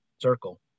circle